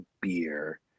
beer